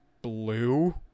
blue